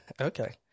okay